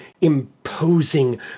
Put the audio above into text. imposing